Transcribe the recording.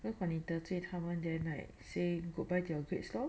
then 反而得罪他们 then like say goodbye to your grades lor